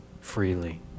freely